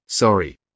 Sorry